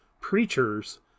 preachers